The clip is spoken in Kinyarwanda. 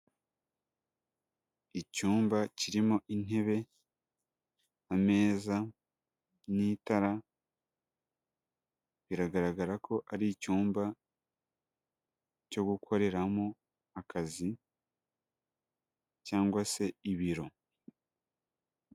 Icyumba kirimo intebe, ameza, n'itara, biragaragara ko ari icyumba cyo gukoreramo akazi cyangwa se ibiro.